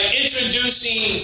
introducing